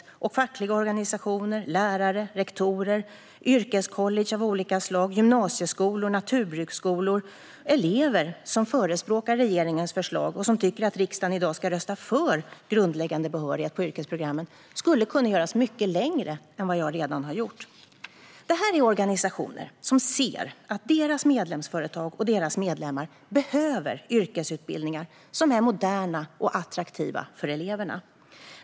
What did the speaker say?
Det gäller också fackliga organisationer, lärare, rektorer, yrkescollege av olika slag, gymnasieskolor, naturbruksskolor och elever som förespråkar regeringens förslag och tycker att riksdagen i dag ska rösta för grundläggande behörighet på yrkesprogrammen. Det här är organisationer som ser att deras medlemsföretag och medlemmar behöver yrkesutbildningar som är moderna och attraktiva för eleverna.